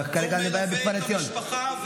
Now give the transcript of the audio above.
והוא מלווה את המשפחה,